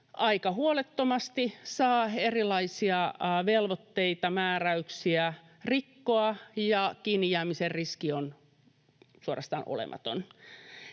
aika huolettomasti saa erilaisia velvoitteita ja määräyksiä rikkoa ja kiinnijäämisen riski on suorastaan olematon,